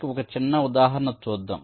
వివరించడానికి ఒక చిన్న ఉదాహరణ చూద్దాం